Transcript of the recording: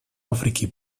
африке